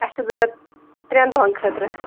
اَسہِ چھُ ضوٚرَتھ ترٛٮ۪ن دۄہَن خٲطرٕ